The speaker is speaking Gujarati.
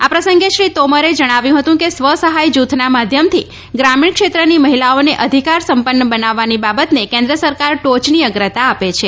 આ પ્રસંગે શ્રી તોમરે જણાવ્યું હતું કે સ્વ સહાય જૂથના માધ્યમથી ગ્રામીણ ક્ષેત્રની મહિલાઓને અધિકાર સંપન્ન બનાવવાની બાબતને કેન્દ્ર સરકાર ટોચની અગ્રતા આપે છે